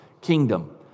kingdom